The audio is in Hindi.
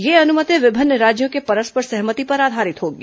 यह अनुमति विभिन्न राज्यों के परस्पर सहमति पर आधारित होगी